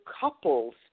couples